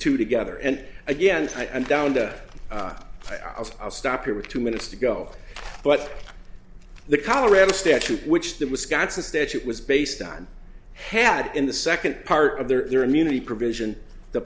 two together and again i'm down to i'll stop here with two minutes to go but the colorado statute which the wisconsin statute was based on had in the second part of their immunity provision the